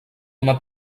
una